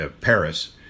Paris